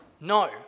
No